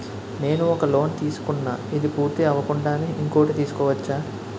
నేను ఒక లోన్ తీసుకున్న, ఇది పూర్తి అవ్వకుండానే ఇంకోటి తీసుకోవచ్చా?